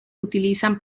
utilizan